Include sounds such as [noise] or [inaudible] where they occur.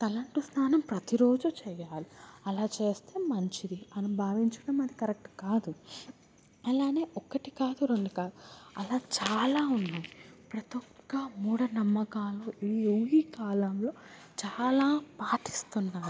తలంటు స్నానం ప్రతిరోజు చెయ్యాలి అలా చేస్తే మంచిది అని భావించడం అది కరెక్ట్ కాదు అలానే ఒకటి కాదు రెండు కాదు అలా చాలా ఉన్నాయి ప్రతొక్క మూఢనమ్మకాలు ఈ [unintelligible] కాలంలో చాలా పాటిస్తున్నారు